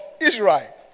Israel